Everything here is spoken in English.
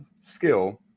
skill